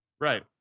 Right